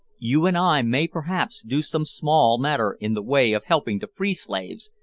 you and i may perhaps do some small matter in the way of helping to free slaves,